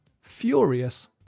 furious